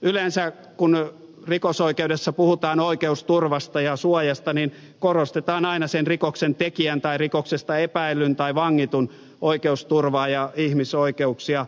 yleensä kun rikosoikeudessa puhutaan oikeusturvasta ja suojasta korostetaan aina sen rikoksentekijän tai rikoksesta epäillyn tai vangitun oikeusturvaa ja ihmisoikeuksia